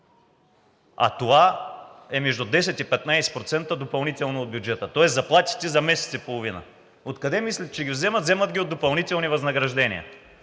А това е между 10 и 15% допълнително от бюджета, тоест заплатите за месец и половина. Откъде мислите, че ги вземат? Вземат ги от допълнителни възнаграждения.